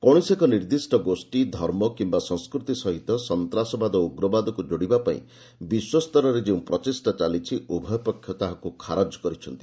କୌଣସି ଏକ ନିର୍ଦ୍ଦିଷ୍ଟ ଗୋଷ୍ଠୀ ଧର୍ମ କିମ୍ବା ସଂସ୍କୃତି ସହିତ ସନ୍ତାସବାଦ ଓ ଉଗ୍ରବାଦକୁ ଯୋଡ଼ିବା ପାଇଁ ବିଶ୍ୱସ୍ତରରେ ଯେଉଁ ପ୍ରଚେଷ୍ଟା ଚାଲିଛି ଉଭୟ ପକ୍ଷ ତାହାକୁ ଖାରଜ କରିଛନ୍ତି